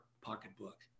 pocketbook